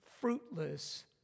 fruitless